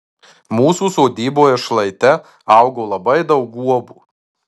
mūsų sodyboje šlaite augo labai daug guobų